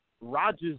Rogers